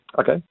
Okay